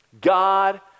God